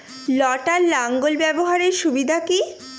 লটার লাঙ্গল ব্যবহারের সুবিধা কি?